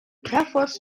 travels